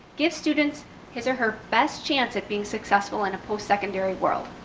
give students his or her best chance at being successful in a post-secondary world.